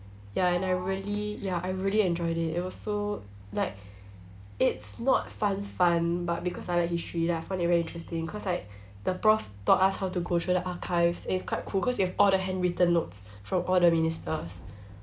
ya and I really ya I really enjoyed it it was so like it's not fun fun but because I like history lah I find it very interesting cause like the prof taught us how to go through the archives and it's quite cool cause you have all the handwritten notes from all the ministers